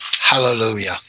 Hallelujah